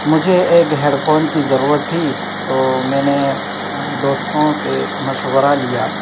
مجھے ایک headphone کی ضرورت تھی تو میں نے دوستوں سے مشورہ لیا